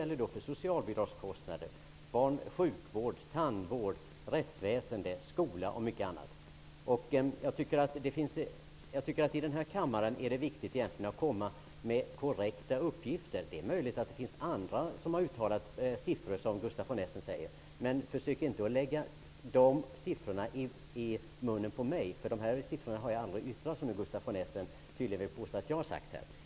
Det är fråga om socialbidragskostnader, sjukvård, tandvård, rättsväsende, skola och mycket annat. I den här kammaren är det viktigt att komma med korrekta uppgifter. Det är möjligt att andra har uttalat de siffror som Gustaf von Essen nämner, men försök inte att lägga de siffrorna i munnen på mig. De siffror som Gustaf von Essen påstår att jag har nämnt har jag aldrig yttrat.